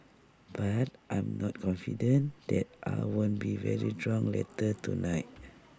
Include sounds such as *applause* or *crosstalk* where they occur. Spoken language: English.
but I am not confident that I won't be very drunk later tonight *noise*